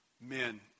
men